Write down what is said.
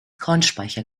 kornspeicher